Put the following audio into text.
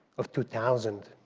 of two thousand.